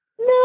No